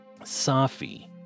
Safi